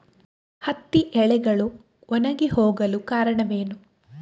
ಹತ್ತಿ ಎಲೆಗಳು ಒಣಗಿ ಹೋಗಲು ಕಾರಣವೇನು?